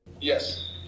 yes